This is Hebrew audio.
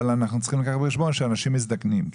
אבל אנחנו צריכים לקחת בחשבון שאנשים מזדקנים.